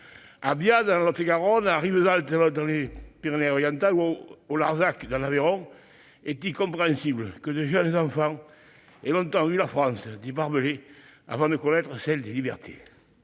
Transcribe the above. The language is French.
À Bias, en Lot-et-Garonne, à Rivesaltes, dans les Pyrénées-Orientales, ou au Larzac, dans l'Aveyron, est-il compréhensible que de jeunes enfants aient longtemps vu la France des barbelés avant de connaître celle des libertés